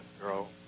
girl